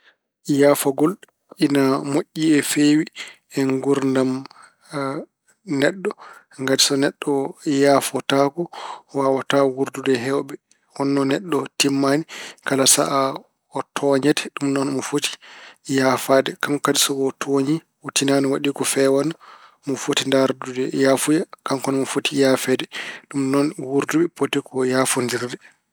Yaafagol ina moƴƴi no feewi e nguurdam neɗɗo. Ngati so neɗɗo yaafotaako, waawataa wuurdude e heewɓe. Wonno neɗɗo timmaani, kala sahaa o tooñete. Ɗum noon omo foti yaafaade. Kanko kadi so ko tooñi, o tinaani, o waɗi ko feewaani, omo foti ndaardude yaafuya, kanko ne omo foti yaafeede. Ɗum noon wuurduɓe poti ko yaafondirde.